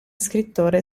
scrittore